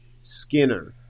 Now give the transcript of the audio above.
Skinner